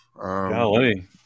Golly